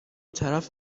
طرف